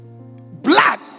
blood